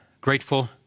grateful